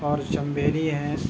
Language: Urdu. اور چمیلی ہے